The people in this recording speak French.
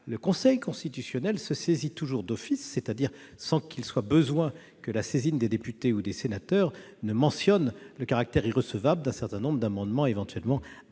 le Conseil constitutionnel se saisit toujours d'office, c'est-à-dire sans qu'il soit besoin que la saisine des députés ou des sénateurs ne mentionne le caractère irrecevable d'un certain nombre d'amendements éventuellement